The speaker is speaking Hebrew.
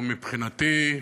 מבחינתי,